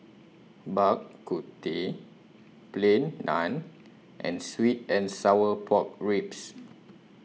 Bak Kut Teh Plain Naan and Sweet and Sour Pork Ribs